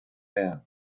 man